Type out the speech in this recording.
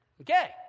Okay